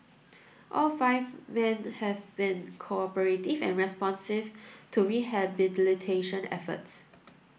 all five men have been cooperative and responsive to rehabilitation efforts